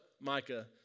Micah